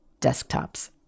desktops